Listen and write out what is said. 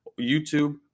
YouTube